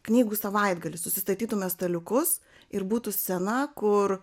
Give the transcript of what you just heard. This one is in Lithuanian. knygų savaitgalis susistatytume staliukus ir būtų scena kur